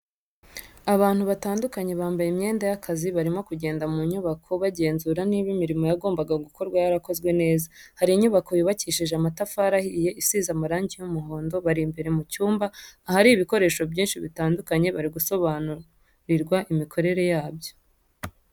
Abantu batandukanye bambaye imyenda y'akazi barimo kugenda mu nyubako bagenzura niba imirimo yagombaga gukorwa yarakozwe neza, hari inyubako yubakishije amatafari ahiye isize amarangi y'umuhondo, bari imbere mu cyumba ahari ibikoresho byinshi bitandukanye bari gusobanurirwa imikorere yabyo.